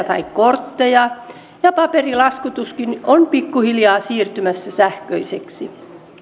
tai kortteja ja paperilaskutuskin on pikkuhiljaa siirtymässä sähköiseksi